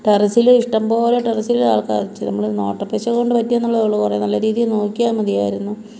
ടെറസ്സിൽ ഇഷ്ടംപോലെ ടെറസ്സിലെ നമ്മുടെ നോട്ടപ്പിശകുകൊണ്ട് പറ്റിയെന്നുള്ളതെ ഉള്ളു കുറേ നല്ല രീതി നോക്കിയാൽ മതിയായിരുന്നു